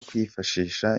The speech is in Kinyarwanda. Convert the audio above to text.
kwifashisha